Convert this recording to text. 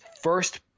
first